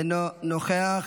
אינו נוכח,